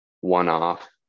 one-off